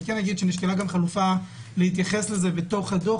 נשקלה גם חלופה להתייחס לזה בדוח,